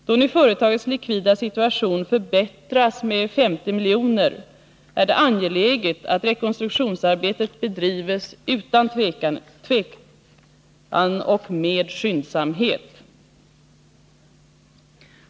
Då nu företagets likvida situation förbättras med 50 miljoner är det angeläget att rekonstruktionsarbetet bedrivs utan tvekan och med skyndsamhet.